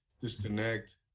disconnect